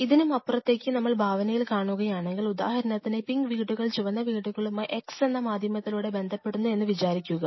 ഇതിനും അപ്പുറത്തേക്ക് നമ്മൾ ഭാവനയിൽ കാണുകയാണെങ്കിൽ ഉദാഹരണത്തിന് ഈ പിങ്ക് വീടുകൾ ചുവന്ന വീടുകളുമായി x എന്ന മാധ്യമത്തിലൂടെ ബന്ധപ്പെടുന്നു എന്ന് വിചാരിക്കുക